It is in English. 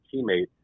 teammate